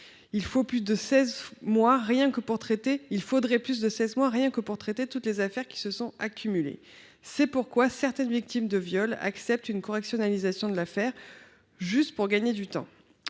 il faudrait plus de seize mois rien que pour traiter toutes les affaires qui se sont accumulées. C’est pourquoi certaines victimes de viol acceptent une correctionnalisation de leur affaire, juste pour gagner du temps.